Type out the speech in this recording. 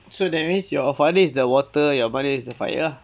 so that means your father is the water your mother is the fire lah